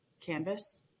canvas